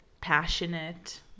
passionate